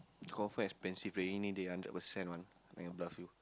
confirm expensive already need eight hundred percent one I can bluff you